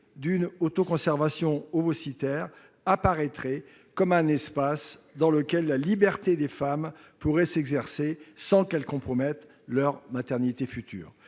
d'une autoconservation ovocytaire apparaîtrait comme un espace dans lequel la liberté des femmes pourrait s'exercer sans qu'elles compromettent leur maternité future